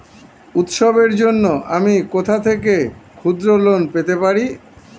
উৎসবের জন্য আমি কোথা থেকে ক্ষুদ্র লোন পেতে পারি?